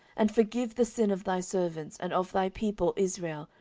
and forgive the sin of thy servants, and of thy people israel,